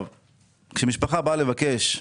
כשמשפחה באה לבקש,